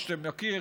מי שמכיר,